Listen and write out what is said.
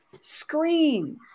scream